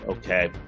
Okay